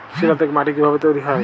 শিলা থেকে মাটি কিভাবে তৈরী হয়?